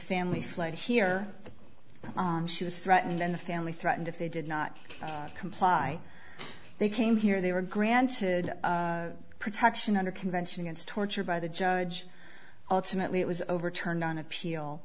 family fled here she was threatened and the family threatened if they did not comply they came here they were granted protection under convention against torture by the judge ultimately it was overturned on